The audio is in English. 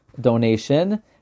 donation